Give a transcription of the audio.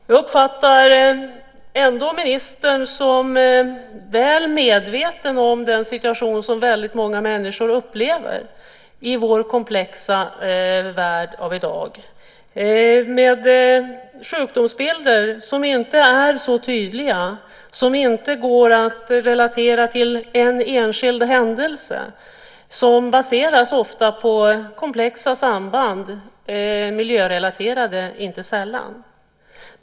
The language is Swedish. Jag uppfattar ändå ministern som väl medveten om den situation som väldigt många människor upplever i vår komplexa värld i dag med sjukdomsbilder som inte är så tydliga, som inte kan relateras till en enskild händelse och som ofta baseras på komplexa samband, inte sällan miljörelaterade.